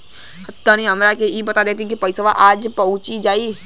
तनि हमके इ बता देती की पइसवा आज पहुँच जाई?